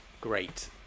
great